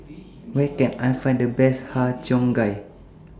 Where Can I Find The Best Har Cheong Gai